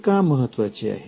हे का महत्वाचे आहे